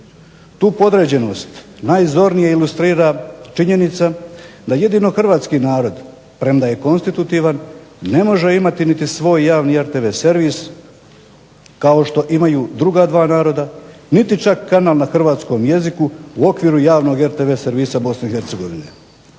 Tu podređenost najzornije ilustrira činjenica da jedino hrvatski narod, premda je konstitutivan, ne može imati niti svoj javni RTV servis kao što imaju druga dva naroda niti čak kanal na hrvatskom jeziku u okviru javnog RTV servisa BiH.